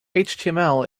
html